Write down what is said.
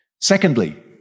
Secondly